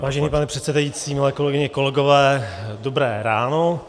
Vážený pane předsedající, milé kolegyně, kolegové, dobré ráno.